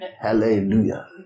Hallelujah